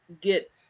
get